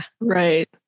Right